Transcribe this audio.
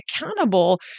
accountable